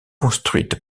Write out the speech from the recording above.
construite